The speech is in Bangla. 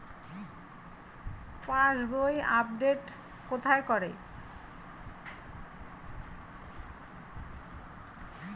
পাসবই আপডেট কোথায় করে?